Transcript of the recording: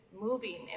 moving